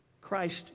Christ